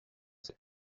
ses